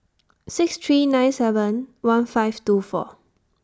six three nine seven one five two four